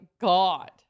God